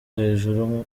hejuru